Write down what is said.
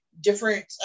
different